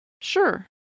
Sure